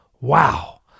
Wow